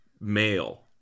male